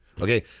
Okay